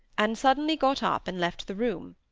and suddenly got up and left the room.